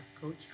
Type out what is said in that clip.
coach